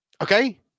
Okay